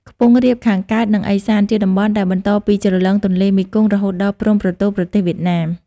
ខ្ពង់រាបខាងកើត និង ឦសាន ជាតំបន់ដែលបន្តពីជ្រលងទន្លេមេគង្គ រហូតដល់ព្រំប្រទល់ប្រទេសវៀតណាម ។